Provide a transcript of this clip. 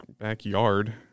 backyard